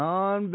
on